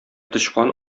тычкан